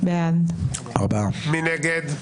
מי נגד?